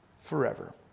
forever